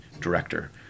director